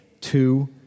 two